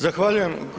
Zahvaljujem.